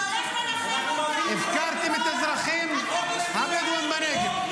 אתה הולך לנחם אותם --- הפקרתם את האזרחים הבדואים בנגב.